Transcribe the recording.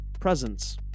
presence